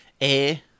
Air